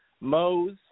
Mose